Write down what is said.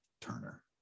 turner